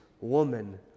woman